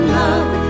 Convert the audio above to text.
love